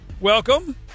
welcome